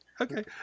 Okay